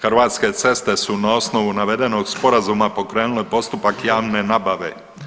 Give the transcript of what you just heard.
Hrvatske ceste su na osnovu navedenog sporazuma pokrenule postupak javne nabave.